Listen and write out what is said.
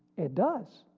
it does.